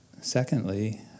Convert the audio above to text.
Secondly